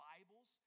Bibles